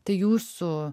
tai jūsų